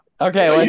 okay